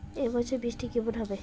এবছর বৃষ্টি কেমন হবে?